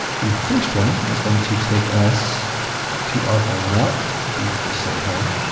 the first one is going to take us to our home route and we will just say home.